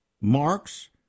marks